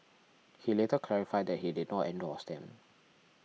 he later clarified that he did not endorse them